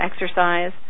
exercise